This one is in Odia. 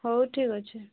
ହଉ ଠିକ୍ ଅଛି